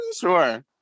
sure